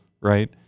right